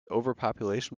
overpopulation